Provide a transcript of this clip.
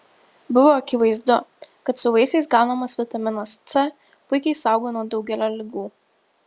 buvo akivaizdu kad su vaisiais gaunamas vitaminas c puikiai saugo nuo daugelio ligų